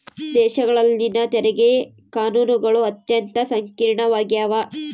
ದೇಶಗಳಲ್ಲಿನ ತೆರಿಗೆ ಕಾನೂನುಗಳು ಅತ್ಯಂತ ಸಂಕೀರ್ಣವಾಗ್ಯವ